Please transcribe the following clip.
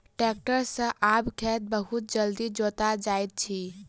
tractor सॅ आब खेत बहुत जल्दी जोता जाइत अछि